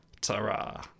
Ta-ra